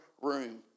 room